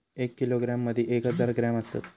एक किलोग्रॅम मदि एक हजार ग्रॅम असात